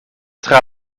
tra